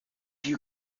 you